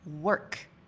work